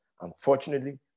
unfortunately